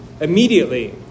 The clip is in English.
Immediately